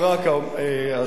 השופט,